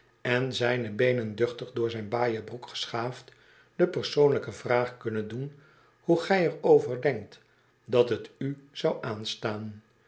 en zijne beenen duchtig door zijn baaien broek geschaafd de persoonlijke vraag kunnen doen hoe gij er over denkt dat het üzou aanstaan